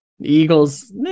eagles